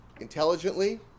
intelligently